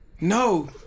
No